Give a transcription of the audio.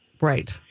Right